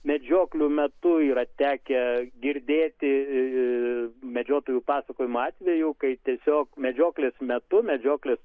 medžioklių metu yra tekę girdėti medžiotojų pasakojamų atvejų kai tiesiog medžioklės metu medžioklės